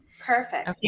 Perfect